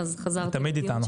בהתחלה, אבל אני תמיד איתכם